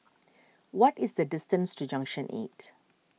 what is the distance to Junction eight